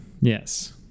Yes